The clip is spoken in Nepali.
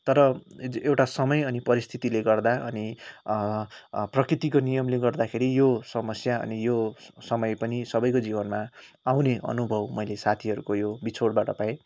तर एउटा समय अनि परिस्थितिले गर्दा अनि प्रकृतिको नियमले गर्दाखेरि यो समस्या अनि यो समय पनि सबैको जीवनमा आउने अनुभव मैले साथीहरूको यो बिछोडबाट पाएँ